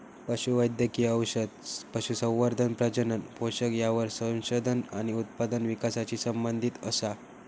पशु वैद्यकिय औषध, पशुसंवर्धन, प्रजनन, पोषण यावर संशोधन आणि उत्पादन विकासाशी संबंधीत असा